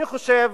אני חושב